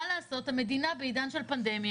המדינה בעידן של מגפה,